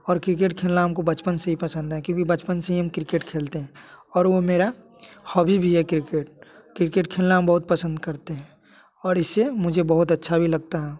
और क्रिकेट खेलने हम को बचपन से ही पसंद है क्योंकि भी बचपन से हम क्रिकेट खेलते हैं और वो मेरा हॉबी भी है क्रिकेट क्रिकेट खेलने बहुत पसंद करते हैं और इससे मुझे बहुत अच्छा भी लगता है